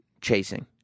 chasing